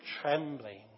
trembling